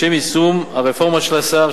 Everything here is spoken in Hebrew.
לשם יישום הרפורמה של השר,